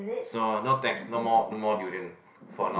so no thanks no more no more durian for now